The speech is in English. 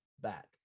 back